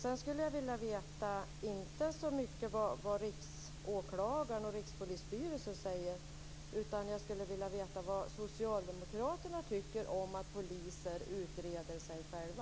Sedan skulle jag vilja veta inte så mycket vad Riksåklagaren och Rikspolisstyrelsen anser, utan jag skulle vilja veta vad Socialdemokraterna tycker om att poliser utreder sig själva.